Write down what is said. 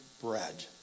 bread